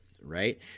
right